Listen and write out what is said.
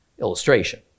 illustration